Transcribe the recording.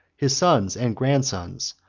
his sons and grandsons,